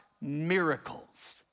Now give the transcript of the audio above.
miracles